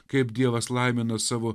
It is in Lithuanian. kaip dievas laimina savo